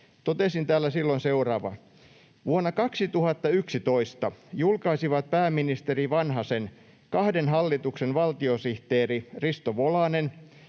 Totesin täällä silloin seuraavaa: ”Vuonna 2011 julkaisivat pääministeri Vanhasen kahden hallituksen valtiosihteeri Risto Volanen,